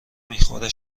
میخوره